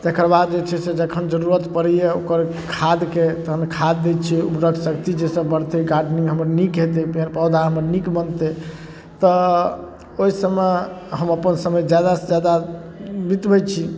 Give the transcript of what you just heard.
तकर बाद जे छै से जखन जरूरत पड़ैए ओकर खादके तहन खाद दै छिए उर्वरकशक्ति जाहिसँ कि गार्डेनिङ्ग हमर नीक हेतै पेड़ पौधा हमर नीक बनतै तऽ ओहि सबमे हम अपन समय ज्यादासँ ज्यादा बितबै छी